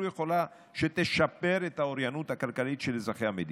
יכולה לשפר את האוריינות הכלכלית של אזרחי המדינה.